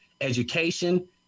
Education